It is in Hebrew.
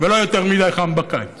ולא יותר מדי חם בקיץ